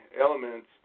elements